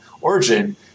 Origin